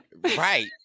Right